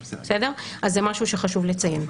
אז זה משהו שחשוב לציין.